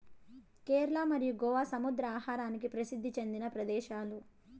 కేరళ మరియు గోవా సముద్ర ఆహారానికి ప్రసిద్ది చెందిన ప్రదేశాలు